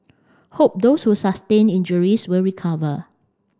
hope those who sustained injuries will recover